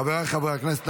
חבריי חברי הכנסת,